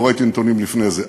לא ראיתי נתונים לפני זה,